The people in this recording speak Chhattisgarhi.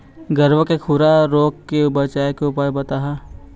गरवा के खुरा रोग के बचाए के उपाय बताहा?